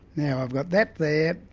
now i've got that there,